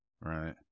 right